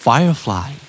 Firefly